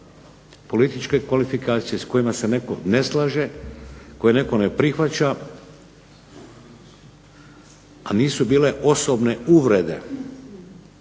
političke kvalifikacije s kojima se netko ne slaže, koje netko ne prihvaća a nisu bile osobne uvrede